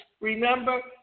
Remember